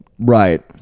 Right